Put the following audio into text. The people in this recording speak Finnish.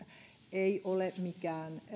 ei ole